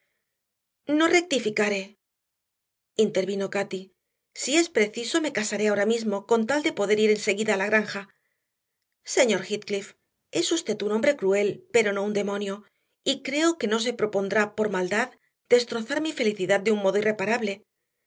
no rectificaré intervino cati si es preciso me casaré ahora mismo con tal de poder ir enseguida a la granja señor heathcliff es usted un hombre cruel pero no un demonio y creo que no se propondrá por maldad destrozar mi felicidad de un modo irreparable